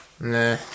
nah